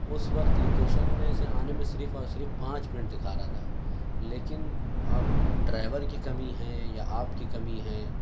اس وقت لوکیشن میں سے آنے سے صرف اور صرف پانچ منٹ دکھا رہا تھا لیکن اب ڈرائیور کی کمی ہے یا آپ کی کمی ہے